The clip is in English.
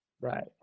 right